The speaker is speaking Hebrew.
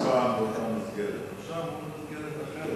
הוא יושב פה כבר,